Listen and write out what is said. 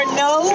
no